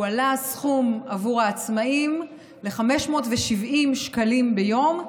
הועלה הסכום עבור העצמאים ל-570 שקלים ביום,